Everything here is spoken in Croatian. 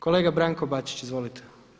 Kolega Branko Bačić, izvolite.